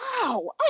Wow